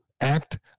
act